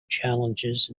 challenges